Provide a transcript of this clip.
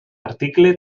article